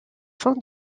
fin